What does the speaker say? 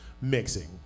Mixing